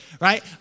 right